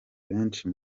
benshi